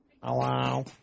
Hello